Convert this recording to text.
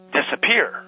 disappear